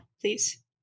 please